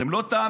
אתם לא תאמינו: